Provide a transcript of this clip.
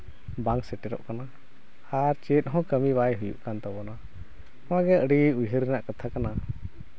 ᱵᱟᱝ ᱥᱮᱴᱮᱨᱚᱜ ᱠᱟᱱᱟ ᱟᱨ ᱪᱮᱫ ᱦᱚᱸ ᱠᱟᱹᱢᱤ ᱵᱟᱭ ᱦᱩᱭᱩᱜ ᱠᱟᱱ ᱛᱟᱵᱳᱱᱟ ᱱᱚᱣᱟᱜᱮ ᱟᱹᱰᱤ ᱩᱭᱦᱟᱹᱨ ᱨᱮᱱᱟᱜ ᱠᱟᱛᱷᱟ ᱠᱟᱱᱟ